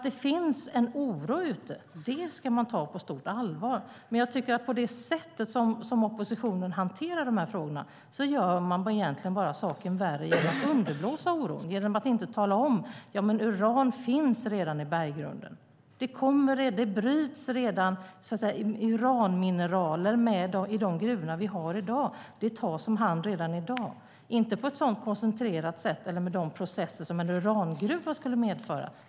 Det finns en oro där ute som man ska ta på stort allvar, men jag tycker att det sätt som oppositionen hanterar de här frågorna på egentligen bara gör saken värre genom att man underblåser oron och inte talar om att uran redan finns i berggrunden. Det bryts redan uranmineraler i de gruvor vi har i dag. Det tas om hand redan i dag, men inte på ett sådant koncentrerat sätt eller med de processer som en urangruva skulle medföra.